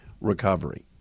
recovery